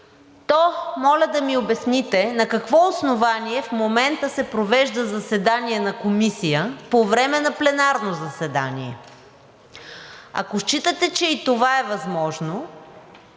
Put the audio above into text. то моля да ми обясните на какво основание в момента се провежда заседание на Комисия по време на пленарно заседание? Ако считате, че и това е възможно,